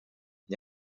gli